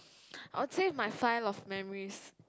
I will save my file of memories